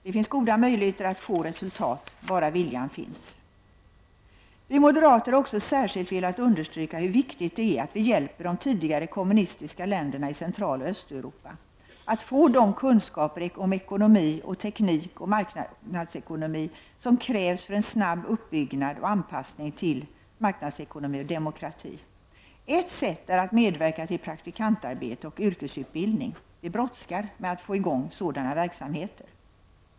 Det finns goda möjligheter att få resultat, bara viljan finns. Vi moderater har också särskilt velat understryka hur viktigt det är att vi hjälper de tidigare kommunistiska länderna i Centraloch Östeuropa att få de kunskaper om ekonomi och teknik som krävs för en snabb uppbyggnad och anpassning till marknadsekonomi och demokrati. Ett sätt är att medverka till praktikantarbete och yrkesutbildning. Det brådskar med att få i gång sådana verksamheter.